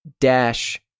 dash